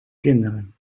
kinderen